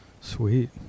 sweet